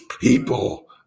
people